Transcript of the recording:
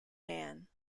man